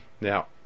now